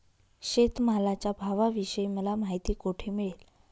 शेतमालाच्या भावाविषयी मला माहिती कोठे मिळेल?